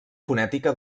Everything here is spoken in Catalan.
fonètica